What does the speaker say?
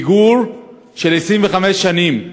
פיגור של 25 שנים,